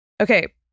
Okay